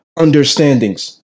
understandings